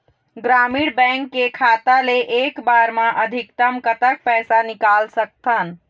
ग्रामीण बैंक के खाता ले एक बार मा अधिकतम कतक पैसा निकाल सकथन?